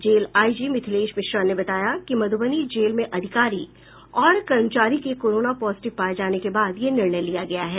jail IG Mithilesh Mishra ने बताया कि मध्रबनी जेल में अधिकारी और कर्मचारी के कोरोना पॉजिटिव पाये जाने के बाद यह निर्णय लिया गया है